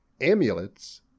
amulets